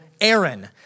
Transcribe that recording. Aaron